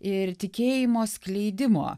ir tikėjimo skleidimo